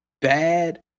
bad